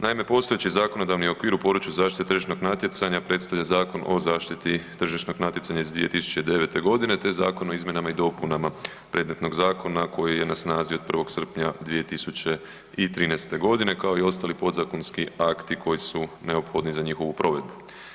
Naime, postojeći zakonodavni okvir u području zaštite tržišnog natjecanja predstavlja Zakon o zaštiti tržišnog natjecanja iz 2009. g. te zakon o izmjenama i dopunama predmetnog zakona koji je na snazi od 1. srpnja 2013. g. kao i ostali podzakonski akti koji su neophodni za njihovu provedbu.